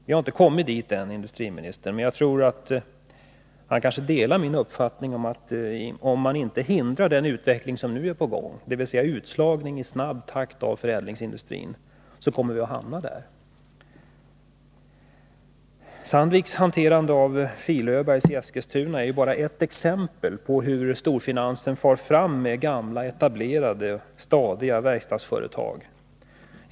Vi har inte kommit dit än, men jag tror att industriministern kanske ändå delar min uppfattning att vi kommer att hamna där, om man inte hindrar den utveckling som nu är på gång — dvs. utslagning i snabb takt av förädlingsindustrin. Sandviks hanterande av Fil-Öbergs i Eskilstuna är bara ett exempel på hur storfinansen far fram med gamla, etablerade, stadiga verkstadsföretag.